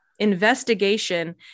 investigation